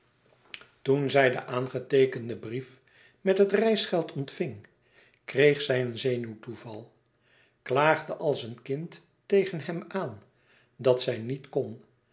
toen zij den aangeteekenden brief met het reisgeld ontving kreeg zij een zenuwtoeval klaagde als een kind tegen hem aan dat zij niet kon